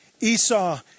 Esau